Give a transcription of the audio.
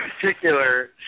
particular